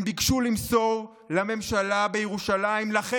הם ביקשו למסור לממשלה בירושלים, לכם: